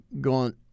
gone